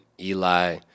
Eli